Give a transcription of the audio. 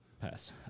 Pass